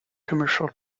commercial